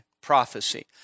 Prophecy